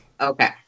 okay